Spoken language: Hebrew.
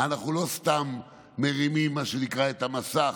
אנחנו לא סתם מרימים את המסך,